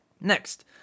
next